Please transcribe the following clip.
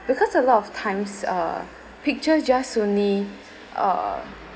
because a lot of times uh picture just only uh